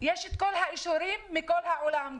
יש את כל האישורים מכל העולם.